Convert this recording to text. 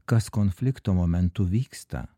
kas konflikto momentu vyksta